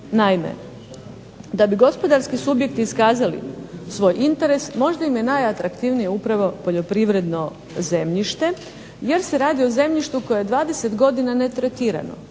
Naime da bi gospodarski subjekti iskazali svoj interes, možda im je najatraktivnije upravo poljoprivredno zemljište, jer se radi o zemljištu koje je 20 godina netretirano,